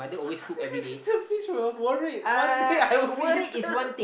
the fish will worried one day I will be eaten